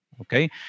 Okay